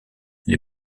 les